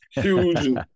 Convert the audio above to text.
huge